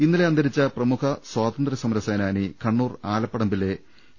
ഇന്നലെ അന്തരിച്ച പ്രമുഖ സ്വാതന്ത്ര്യസമര സേനാനി കണ്ണൂർ ആലപ്പടമ്പിലെ ഇ